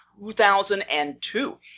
2002